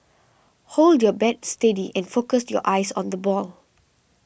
hold your bat steady and focus your eyes on the ball